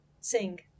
sing